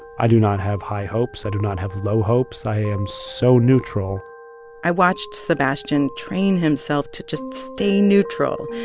i do not have high hopes. i do not have low hopes. i am so neutral i watched sebastian train himself to just stay neutral,